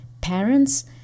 parents